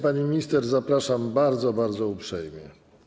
Pani minister, zapraszam bardzo, bardzo uprzejmie.